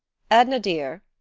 edna, dear,